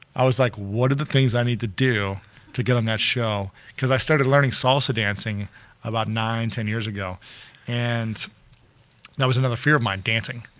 i was like what are the things i need to do to get on that show? cause i started learning salsa dancing about nine, ten years ago and that was another fear of mine. dancing,